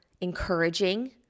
encouraging